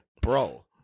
Bro